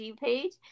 page